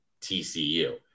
TCU